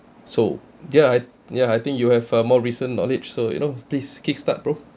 so ya I ya I think you have a more recent knowledge so you know please kick-start bro